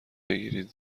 بگیرید